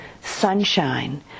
sunshine